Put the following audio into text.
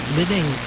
living